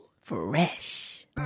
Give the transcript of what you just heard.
fresh